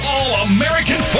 All-American